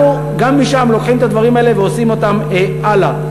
אנחנו גם משם לוקחים את הדברים האלה ועושים אותם הלאה.